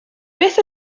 beth